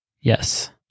Yes